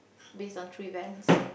base on true events